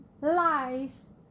lies